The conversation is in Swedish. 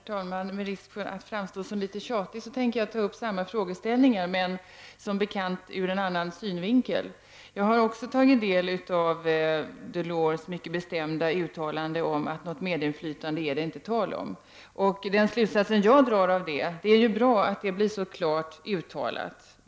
Herr talman! Med risk för att framstå som litet tjatig tänker jag ta upp samma frågeställningar, men som bekant ur en annan synvinkel. Jag har också tagit del av Delors mycket bestämda uttalande om att det inte är tal om något medinflytande. Den slutsats jag drar av detta är att det är bra att det blir så klart uttalat.